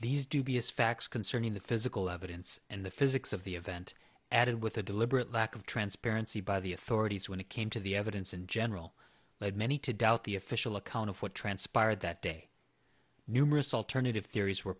these dubious facts concerning the physical evidence and the physics of the event added with a deliberate lack of transparency by the authorities when it came to the evidence in general led many to doubt the official account of what transpired that day numerous alternative theories were